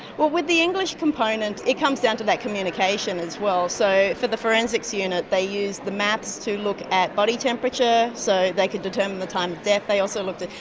well, with the english component, it comes down to that communication as well. so for the forensics unit, they used the maths to look at body temperature so they could determine the time of death. they also looked at,